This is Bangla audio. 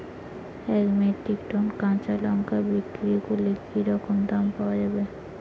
এক মেট্রিক টন কাঁচা লঙ্কা বিক্রি করলে কি রকম দাম পাওয়া যাবে?